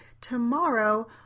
tomorrow